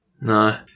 No